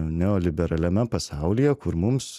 neoliberaliame pasaulyje kur mums